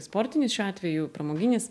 sportinis šiuo atveju pramoginis